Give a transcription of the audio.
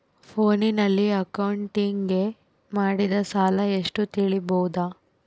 ಫೋನಿನಲ್ಲಿ ಅಕೌಂಟಿಗೆ ಮಾಡಿದ ಸಾಲ ಎಷ್ಟು ತಿಳೇಬೋದ?